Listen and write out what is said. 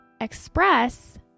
express